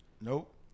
Nope